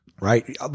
right